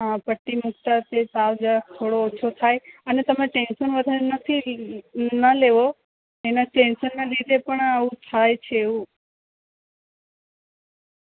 હા પટ્ટી મૂકતા જે તાવ છે થોડો ઓછો થાય અને તમે ટેન્શન વધારે નથી ન લેવો એના ટેન્શનના લીધે પણ આવું થાય છે એવું